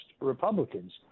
Republicans